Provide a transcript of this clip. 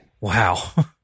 Wow